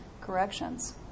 corrections